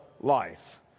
life